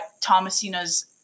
Thomasina's